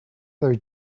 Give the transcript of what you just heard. other